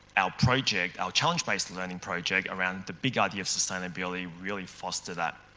our project, our challenge based learning project around the big idea of sustainability really fosters that.